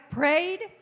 prayed